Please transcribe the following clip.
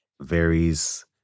varies